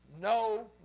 no